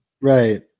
Right